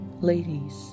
Ladies